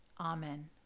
Amen